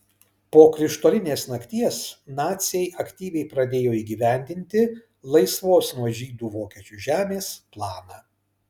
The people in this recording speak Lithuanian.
po krištolinės nakties naciai aktyviai pradėjo įgyvendinti laisvos nuo žydų vokiečių žemės planą